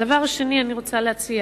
הדבר השני, אני רוצה להציע